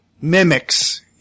Mimics